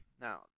Now